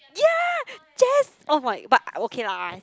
ya just oh my but okay lah